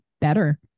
better